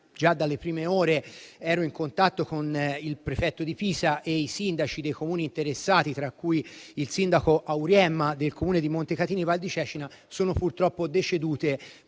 già dalle prime ore ero in contatto con il prefetto di Pisa e i sindaci dei Comuni interessati, tra cui il sindaco Auriemma del Comune di Montecatini Val di Cecina - sono purtroppo decedute